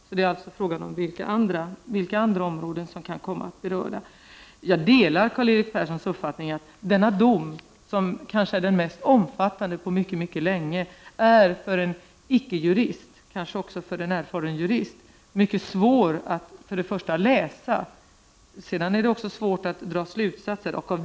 Det gäller alltså att utröna vilka andra områden som kan komma att beröras. Jag delar Karl-Erik Perssons uppfattning att denna dom, som kanske är den mest omfattande på mycket länge, för en icke jurist — kanske också för en erfaren jurist — är svår att för det första läsa och för det andra dra slutsatser av.